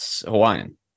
hawaiian